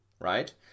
right